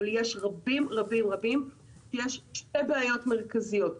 אבל יש שתי בעיות מרכזיות.